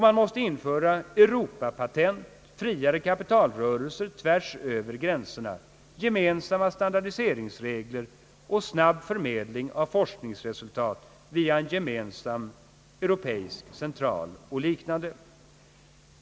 Man måste införa »Europapatent», friare kapitalrörelser tvärsöver gränserna, gemensamma standardiseringsregler, snabb förmedling av forskningsresultat via en gemensam curopeisk central o.s.v.